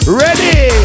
ready